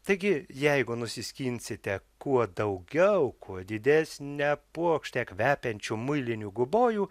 taigi jeigu nusiskinsite kuo daugiau kuo didesnę puokštę kvepiančių muilinių gubojų